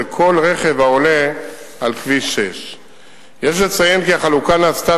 כל רכב העולה על כביש 6. יש לציין כי החלוקה נעשתה